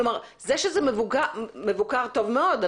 כלומר זה שזה מבוקר טוב מאוד,